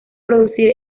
producir